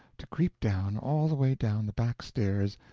to creep down, all the way down the back stairs,